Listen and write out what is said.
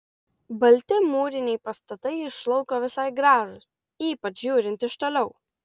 balti mūriniai pastatai iš lauko visai gražūs ypač žiūrint iš toliau